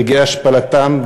ברגעי השפלתם,